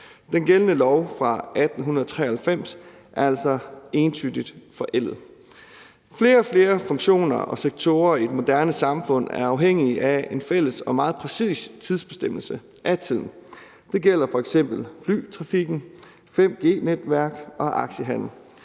Den gældende lov fra 1893 er altså entydigt forældet. Flere og flere funktioner og sektorer i et moderne samfund er afhængige af en fælles og meget præcis bestemmelse af tiden. Det gælder f.eks. flytrafikken, 5G-netværket og aktiehandel,